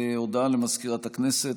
הודעה למזכירת הכנסת.